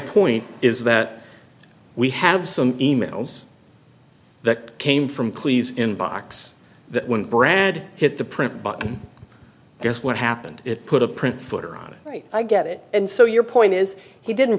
point is that we have some e mails that came from please inbox that when brad hit the print button guess what happened it put a print footer on it right i get it and so your point is he didn't